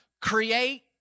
create